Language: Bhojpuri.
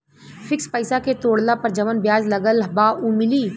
फिक्स पैसा के तोड़ला पर जवन ब्याज लगल बा उ मिली?